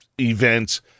events